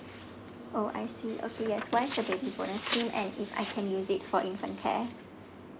oh I see okay yes once the baby bonus scheme if I can use it for infant care